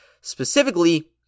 Specifically